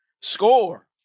score